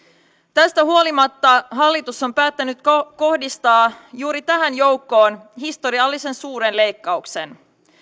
tästä huolimatta hallitus on päättänyt kohdistaa juuri tähän joukkoon historiallisen suuren leikkauksen